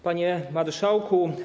Panie Marszałku!